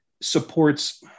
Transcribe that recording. supports